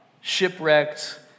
shipwrecked